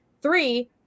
three